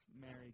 Mary